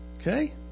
Okay